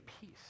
peace